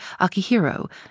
Akihiro